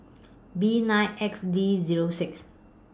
B nine X D Zero six